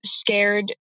scared